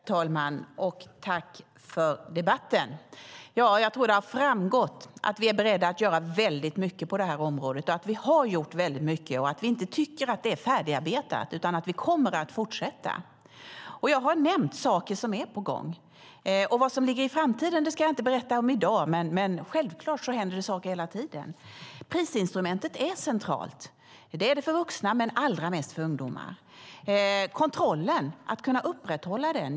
Herr talman! Jag vill tacka för debatten. Jag tror att det har framgått att vi är beredda att göra väldigt mycket på det här området, att vi har gjort mycket och att vi inte tycker att det är färdigarbetat utan att vi kommer att fortsätta. Jag har nämnt saker som är på gång. Vad som ligger i framtiden ska jag inte berätta om i dag, men självklart händer det saker hela tiden. Prisinstrumentet är centralt. Det är det för vuxna men allra mest för ungdomar. Det är viktigt att kunna upprätthålla kontrollen.